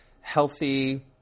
healthy